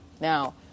Now